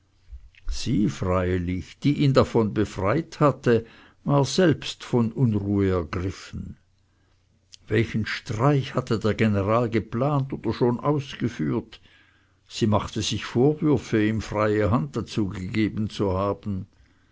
sie freilich die ihn davon befreit hatte war selbst von unruhe ergriffen welchen streich hatte der general geplant oder schon ausgeführt sie machte sich vorwürfe ihm freie hand dazu gegeben zu haben